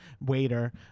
waiter